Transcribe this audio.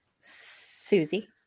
susie